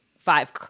five